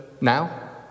now